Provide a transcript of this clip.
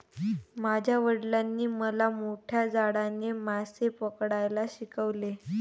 माझ्या वडिलांनी मला मोठ्या जाळ्याने मासे पकडायला शिकवले